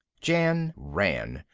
jan ran,